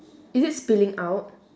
is it spilling out